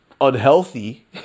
unhealthy